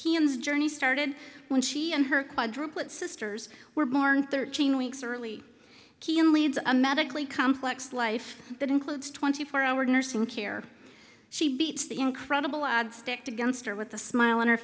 keane's journey started when she and her quadruplets sisters were born thirteen weeks early kian leads a medically complex life that includes twenty four hour nursing care she beats the incredible odds stacked against her with a smile on her